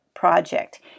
project